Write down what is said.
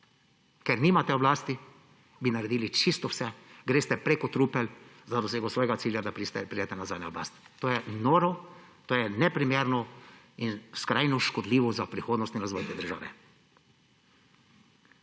Ker nimate oblasti, bi naredili čisto vse, greste preko trupel za dosego svojega cilja, da pridete nazaj na oblast. To je noro, to je neprimerno in skrajno škodljivo za prihodnost in razvoj te države.